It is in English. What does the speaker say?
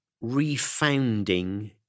re-founding